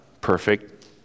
perfect